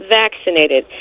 vaccinated